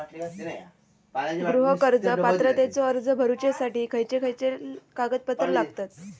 गृह कर्ज पात्रतेचो अर्ज भरुच्यासाठी खयचे खयचे कागदपत्र लागतत?